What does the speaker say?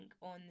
on